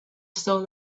soul